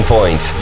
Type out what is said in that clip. Point